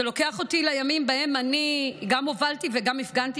זה לוקח אותי לימים שבהם אני גם הובלתי וגם הפגנתי